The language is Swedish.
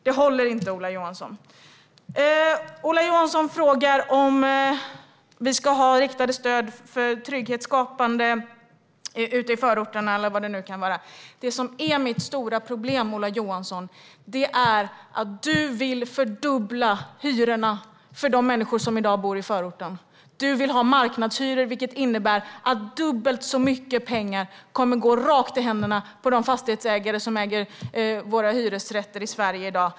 Det håller inte, Ola Johansson. Ola Johansson frågar om vi ska ha riktade stöd för trygghetsskapande ute i förorterna eller vad det nu kan vara. Det stora problemet, Ola Johansson, är att du vill fördubbla hyrorna för de människor som i dag bor i förorten. Du vill ha marknadshyror, vilket innebär att dubbelt så mycket pengar kommer att gå rakt i händerna på de fastighetsägare som äger våra hyresrätter i Sverige i dag.